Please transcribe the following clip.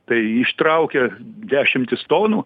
tai ištraukia dešimtis tonų